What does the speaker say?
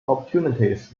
opportunities